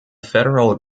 federal